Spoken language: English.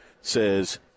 says